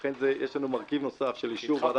לכן יש לנו מרכיב נוסף של אישור ועדת אגרות,